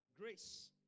Grace